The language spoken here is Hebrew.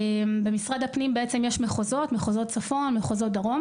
במשרד הפנים יש מחוזות צפון ודרום